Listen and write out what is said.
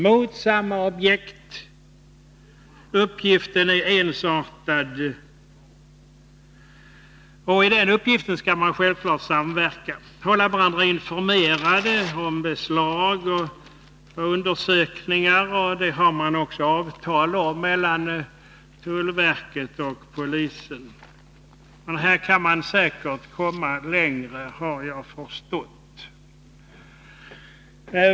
Deras uppgift är ensartad, och i den uppgiften skall de självfallet samverka, hålla varandra informerade om beslag och undersökningar. Det finns också avtal om detta mellan tullverket och polisen. Man kan säkert komma längre här, det har jag förstått.